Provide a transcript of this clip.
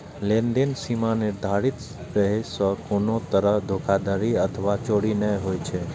लेनदेन सीमा निर्धारित रहै सं कोनो तरहक धोखाधड़ी अथवा चोरी नै होइ छै